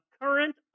current